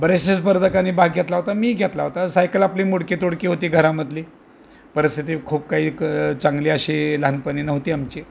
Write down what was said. बरेचसे स्पर्धकानी भाग घेतला होता मी घेतला होता सायकल आपली मोडकी तोडकी होती घरामधली परिस्थिती खूप काही क चांगली अशी लहानपणी नव्हती आमची